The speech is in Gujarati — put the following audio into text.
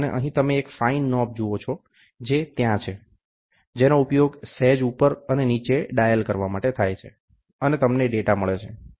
અને અહીં તમે એક ફાઇન નોબ જુઓ છો જે ત્યાં છે જેનો ઉપયોગ સહેજ ઉપર અને નીચે ડાયલ કરવા માટે થાય છે અને તમને ડેટા મળે છે